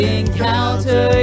encounter